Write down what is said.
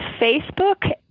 Facebook